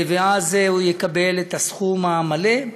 ואז הוא יקבל את הסכום המלא.